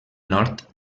nord